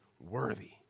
worthy